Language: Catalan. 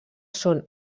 són